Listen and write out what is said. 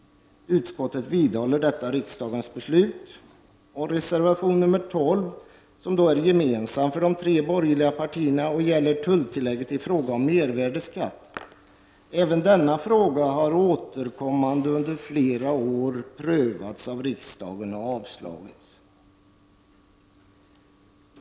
Utskottet vidhåller detta riksdagens beslut. Reservation nr 12 är gemensam för de tre borgerliga partierna och gäller tulltillägget i frågan om mervärdeskatt. Även denna fråga har flera gånger prövats av riksdagen och avslagits.